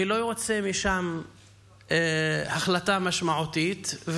ולא יוצאת משם החלטה משמעותית.